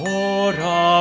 ora